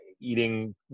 eating